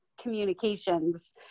communications